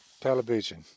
television